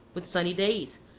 with sunny days,